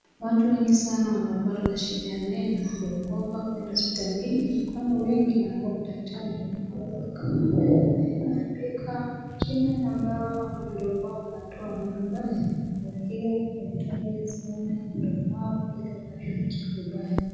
Watu wengi sana wanaopatwa na shida ya meno huogopa kwenda hospitalini. Kwani wengi wanaogopa daktari huenda wakaona meno yake imeharibika. Na wengine ambao mdomo wao unatoa harufu mbaya hofia dakitari wasione mdomo wao vile unavyonuka vibaya.